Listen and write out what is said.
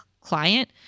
client